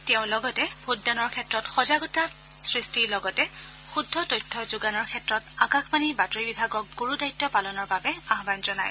তেওঁ লগতে ভোটদানৰ ক্ষেত্ৰত সজাগতা সৃষ্টিৰ লগতে শুদ্ধ তথ্য যোগানৰ ক্ষেত্ৰত আকাশবাণীৰ বাতৰি বিভাগক গুৰু দায়িত্ব পালনৰ বাবে আহ্বান জনায়